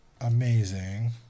amazing